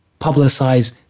publicize